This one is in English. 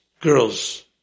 girls